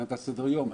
מבחינת סדר-היום,